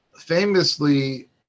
famously